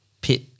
pit